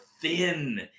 thin